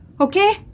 okay